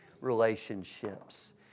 relationships